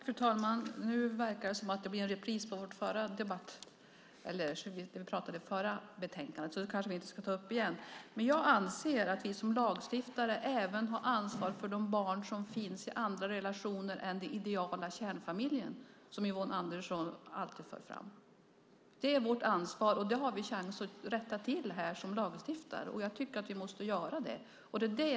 Fru talman! Nu verkar det som om det blir en repris på det vi pratade om när det gäller det förra betänkandet. Det kanske vi inte ska ta upp igen. Jag anser att vi som lagstiftare även har ansvar för de barn som finns i andra relationer än den ideala kärnfamiljen, som Yvonne Andersson alltid för fram. Det är vårt ansvar, och det har vi chans att rätta till nu som lagstiftare. Jag tycker att vi måste göra det.